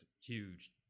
huge